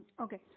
Okay